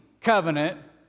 covenant